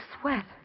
sweat